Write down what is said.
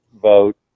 vote